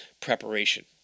preparation